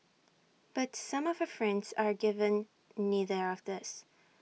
but some of her friends are given neither of these